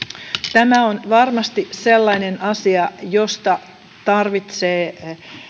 tämä on varmasti sellainen asia josta tarvitsee